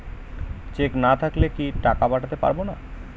Check না থাকলে কি টাকা পাঠাতে পারবো না?